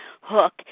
hook